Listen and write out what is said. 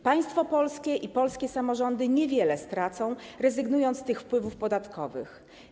Państwo polskie i polskie samorządy niewiele stracą, rezygnując z tych wpływów podatkowych.